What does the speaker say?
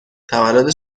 تولد